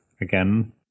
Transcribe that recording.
again